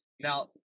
Now